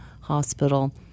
hospital